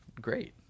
great